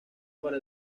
para